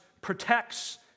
protects